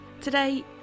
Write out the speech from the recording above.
Today